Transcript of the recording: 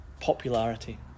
popularity